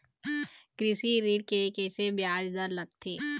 कृषि ऋण के किसे ब्याज दर लगथे?